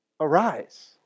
Arise